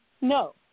No